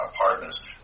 partners